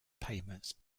pavements